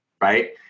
right